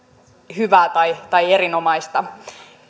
hyvää tai tai erinomaista